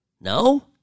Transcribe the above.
No